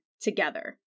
together